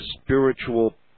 spiritual